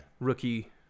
rookie